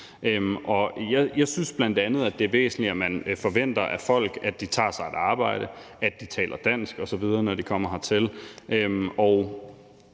jeg synes bl.a., det er væsentligt, at man forventer af folk, at de tager sig et arbejde, at de taler dansk osv., når de kommer hertil.